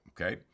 okay